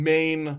Main